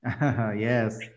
yes